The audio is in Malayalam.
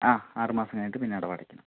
ആ ആറ് മാസം കയിഞ്ഞിട്ട് പിന്നെ അടവ് അടക്കണം